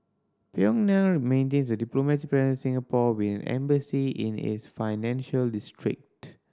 Pyongyang maintains a diplomatic presence Singapore with an embassy in its financial district